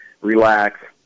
relax